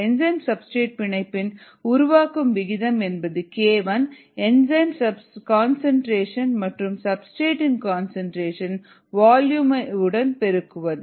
enzyme substrate பிணைப்பின் உருவாக்கும் விகிதம் என்பது k1 என் என்சைமின் கன்சன்ட்ரேஷன் மற்றும் சப்ஸ்டிரேட் இன் கன்சன்ட்ரேஷன் வால்யூம் உடன் பெருக்குவது